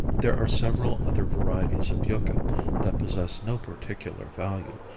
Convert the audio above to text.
there are several other varieties of yucca that possess no particular value,